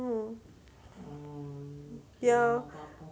mm ya